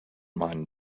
mine